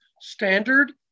standard